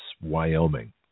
Wyoming